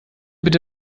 bitte